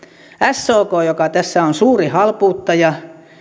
sok joka tässä on suurin halpuuttaja